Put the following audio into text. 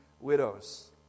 widows